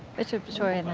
bishop schori?